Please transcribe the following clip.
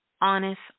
honest